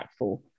impactful